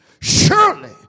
Surely